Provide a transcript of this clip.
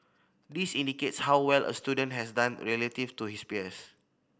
this indicates how well a student has done relative to his peers